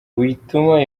wituma